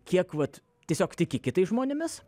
kiek vat tiesiog tiki kitais žmonėmis